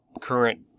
current